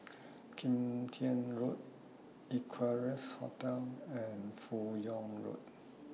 Kim Tian Road Equarius Hotel and fan Yoong Road